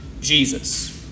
Jesus